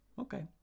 Okay